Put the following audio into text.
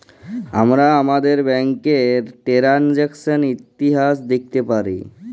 আমরা আমাদের ব্যাংকের টেরানযাকসন ইতিহাস দ্যাখতে পারি